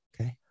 Okay